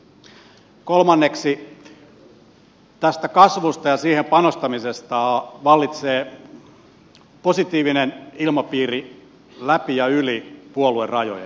kolmanneksi tästä kasvusta ja siihen panostamisesta vallitsee positiivinen ilmapiiri läpi ja yli puoluerajojen